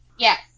Yes